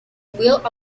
build